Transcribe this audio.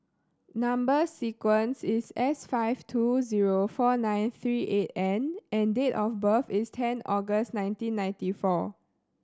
number sequence is S five two zero four nine three eight N and date of birth is ten August nineteen ninety four